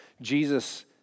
Jesus